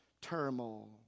turmoil